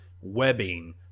webbing